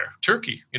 Turkey